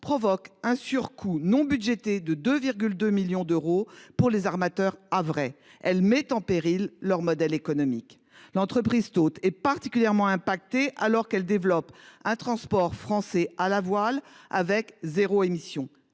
provoque un surcoût non budgété de 2,2 millions d’euros pour les armateurs havrais. Elle met en péril leur modèle économique. L’entreprise Towt est particulièrement affectée alors qu’elle développe un transport français à la voile relevant pleinement